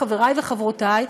חברי וחברותי,